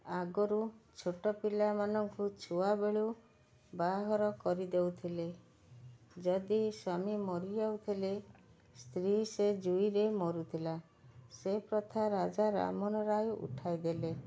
ଆଗରୁ ଛୋଟ ପିଲାମାନଙ୍କୁ ଛୁଆବେଳୁ ବାହାଘର କରି ଦେଉଥିଲେ ଯଦି ସ୍ୱାମୀ ମରି ଯାଉଥିଲେ ସ୍ତ୍ରୀ ସେ ଯୁଇରେ ମରୁଥିଲା ସେ ପ୍ରଥା ରାଜାରାମ ମୋହନ ରାୟ ଉଠାଇଦେଲେ